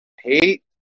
hate